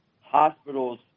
hospitals